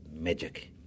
magic